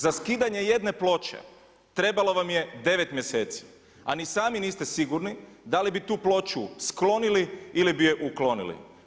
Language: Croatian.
Za skidanje jedne ploče trebalo vam je devet mjeseci, a ni sami niste sigurni da li bi tu ploču sklonili ili bi je uklonili.